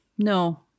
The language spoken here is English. No